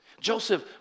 Joseph